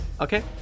Okay